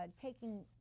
taking